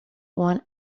one